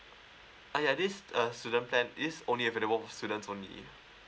ah ya this uh student plan is only available for students only